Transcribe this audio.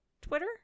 Twitter